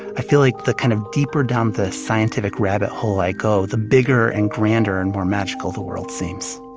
i feel like the kind of deeper down the scientific rabbit hole i go, the bigger and grander and more magical the world seems